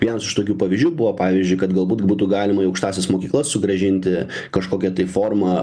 vienas iš tokių pavyzdžių buvo pavyzdžiui kad galbūt būtų galima į aukštąsias mokyklas sugrąžinti kažkokia tai forma